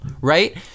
right